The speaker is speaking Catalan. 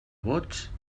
bots